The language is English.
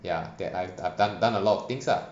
ya that I've I've done done a lot of things lah